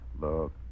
Look